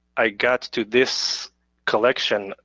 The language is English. i got to this collection,